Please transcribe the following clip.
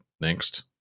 next